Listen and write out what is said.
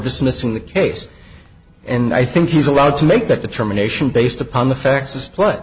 dismissing the case and i think he's allowed to make that determination based upon the facts